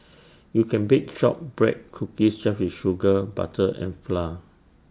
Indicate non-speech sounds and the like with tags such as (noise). (noise) you can bake Shortbread Cookies just with sugar butter and flour